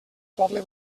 poble